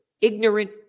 ignorant